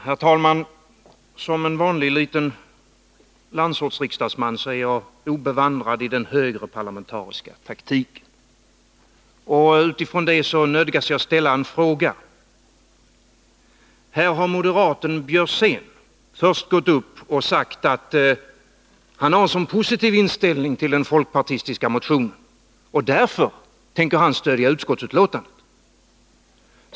Herr talman! Som en vanlig liten landsortsriksdagsman är jag obevandrad i den högre parlamentariska taktiken, och utifrån det nödgas jag ställa en fråga. Här har moderaten Björzén först gått upp och sagt att han har en så positiv inställning till den folkpartistiska motionen att han därför tänker stödja utskottsbetänkandet.